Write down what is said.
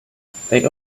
they